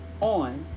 on